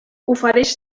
ofereix